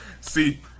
see